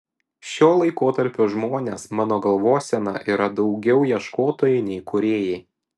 šio laikotarpio žmonės mano galvosena yra daugiau ieškotojai nei kūrėjai